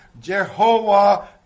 Jehovah